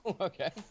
okay